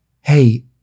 hey